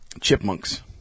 Chipmunks